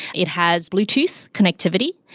it has bluetooth connectivity,